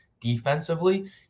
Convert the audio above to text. defensively